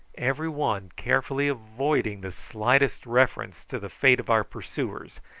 every one carefully avoiding the slightest reference to the fate of our pursuers,